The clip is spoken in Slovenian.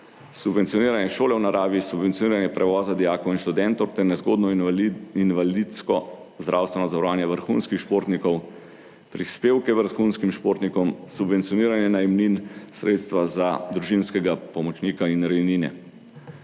subvencioniranje šole v naravi, subvencioniranje prevoza dijakov in študentov ter nezgodno invalidsko zdravstveno zavarovanje vrhunskih športnikov, prispevke vrhunskim športnikom, subvencioniranje najemnin, sredstva za družinskega pomočnika in rejnine.